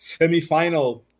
semifinal